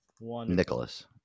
Nicholas